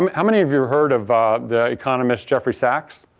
um how many of you've heard of the economist, jeffrey sachs?